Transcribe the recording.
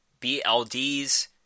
BLDs